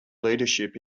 leadership